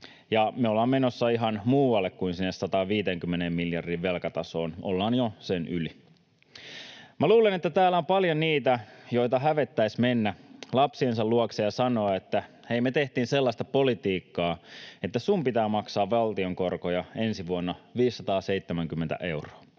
me ollaan menossa ihan muualle kuin sinne 150 miljardin velkatasoon, ollaan jo sen yli. Luulen, että täällä on paljon niitä, joita hävettäisi mennä lapsiensa luokse ja sanoa: ”Hei, me tehtiin sellaista politiikkaa, että sun pitää maksaa valtion korkoja ensi vuonna 570 euroa.”